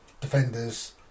Defenders